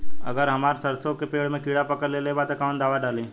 अगर हमार सरसो के पेड़ में किड़ा पकड़ ले ता तऽ कवन दावा डालि?